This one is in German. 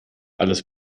alles